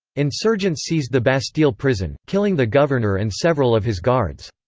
insurgents seized the bastille prison, killing the governor and several of his guards.